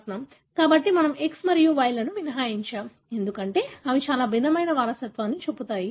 కాబట్టి మనము X మరియు Y లను మినహాయించాము ఎందుకంటే అవి చాలా భిన్నమైన వారసత్వాన్ని చూపుతాయి